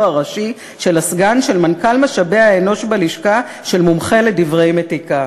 הראשי של הסגן / של מנכ"ל משאבי האנוש בלשכה / של מומחה לדברי מתיקה.